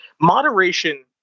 Moderation